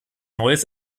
neues